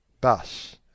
Bus